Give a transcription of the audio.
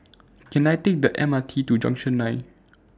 Can I Take The M R T to Junction nine